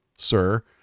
Sir